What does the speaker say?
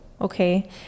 okay